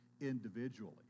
individually